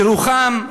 ירוחם,